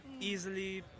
easily